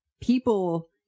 people